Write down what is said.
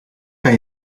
kan